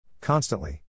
Constantly